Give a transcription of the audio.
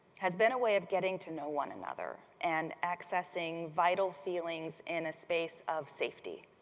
has been a way of getting to know one another and accessing vital feelings in a space of safety.